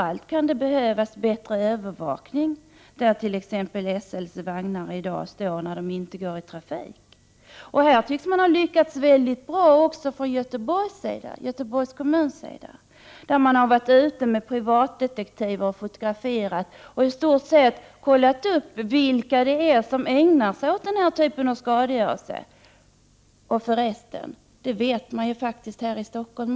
Det behövs framför allt bättre övervakning av t.ex. de ställen där SL:s vagnar står när de inte går i trafik. Här tycks man ha lyckats mycket bra i Göteborgs kommun, där privatdetektiver har varit ute och fotograferat och kollat upp vilka det är som ägnar sig åt den här typen av skadegörelse. Man förresten vet vilka dessa personer är också här i Stockholm .